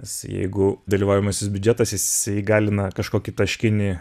nes jeigu dalyvaujamasis biudžetas jis įgalina kažkokį taškinį